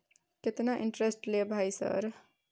केतना इंटेरेस्ट ले भाई सर?